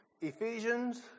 Ephesians